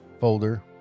folder